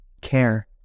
care